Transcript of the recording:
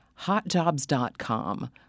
Hotjobs.com